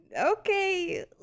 okay